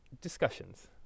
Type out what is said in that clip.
discussions